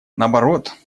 наоборот